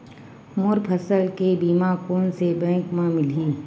मोर फसल के बीमा कोन से बैंक म मिलही?